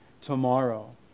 tomorrow